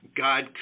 God